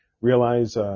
Realize